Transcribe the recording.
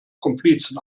komplizen